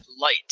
Light